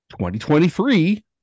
2023